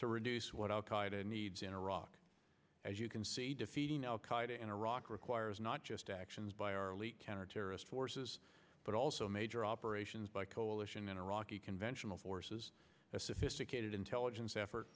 to reduce what al qaeda needs in iraq as you can see defeating al qaeda in iraq requires not just actions by our elite counterterrorist forces but also major operations by coalition and iraqi conventional forces a sophisticated intelligence effort